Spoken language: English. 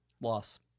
Loss